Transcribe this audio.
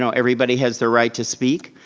so everybody has their right to speak.